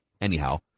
anyhow